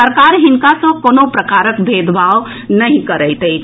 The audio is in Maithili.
सरकार हिनका सँ कोनो प्रकारक भेदभाव नहि करैत अछि